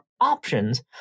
options